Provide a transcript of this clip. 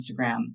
instagram